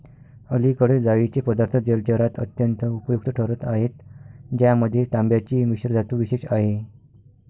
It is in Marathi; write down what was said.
अलीकडे जाळीचे पदार्थ जलचरात अत्यंत उपयुक्त ठरत आहेत ज्यामध्ये तांब्याची मिश्रधातू विशेष आहे